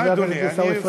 תגיב, אדוני.